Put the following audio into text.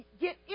get